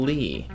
Lee